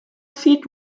seat